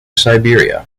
siberia